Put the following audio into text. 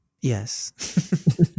Yes